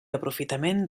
aprofitament